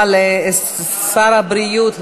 הנה, הגענו.